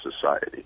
society